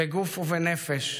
בגוף ובנפש.